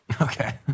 Okay